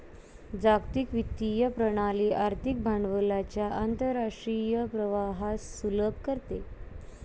जागतिक वित्तीय प्रणाली आर्थिक भांडवलाच्या आंतरराष्ट्रीय प्रवाहास सुलभ करते